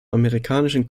amerikanischen